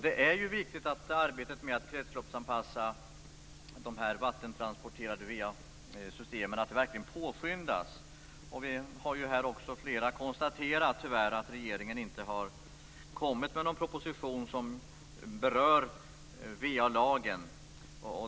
Det är viktigt att arbetet med att kretsloppsanpassa de vattentransporterade va-systemen verkligen påskyndas. Flera här har tyvärr konstaterat att regeringen inte har kommit med någon proposition som berör va-lagen.